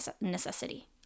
necessity